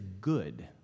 good